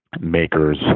makers